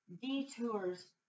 detours